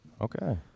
Okay